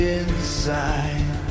inside